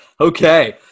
Okay